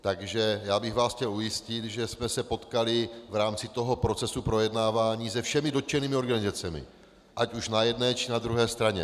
Takže já bych vás chtěl ujistit, že jsme se potkali v rámci procesu projednávání se všemi dotčenými organizacemi, ať už na jedné, či na druhé straně.